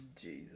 Jesus